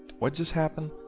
what just happened?